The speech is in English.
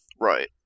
Right